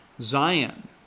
Zion